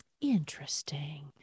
Interesting